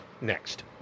next